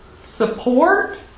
support